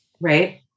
Right